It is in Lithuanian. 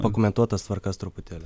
pakomentuot tas tvarkas truputėlį